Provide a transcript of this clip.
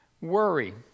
Worry